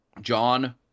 John